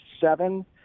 seven